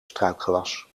struikgewas